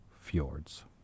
fjords